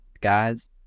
guys